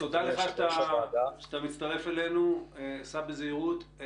תודה לך שאתה מצטרף אלינו, סע בזהירות.